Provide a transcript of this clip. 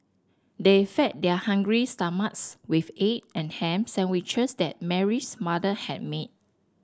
they fed their hungry stomachs with egg and ham sandwiches that Mary's mother had made